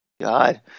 God